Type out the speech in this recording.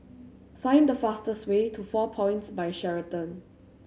find the fastest way to Four Points By Sheraton